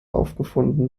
aufgefunden